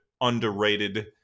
underrated